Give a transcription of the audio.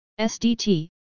SDT